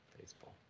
baseball